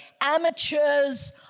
Amateurs